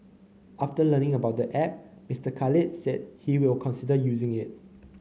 after learning about the app Mister Khalid said he will consider using it